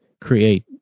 create